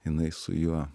jinai su juo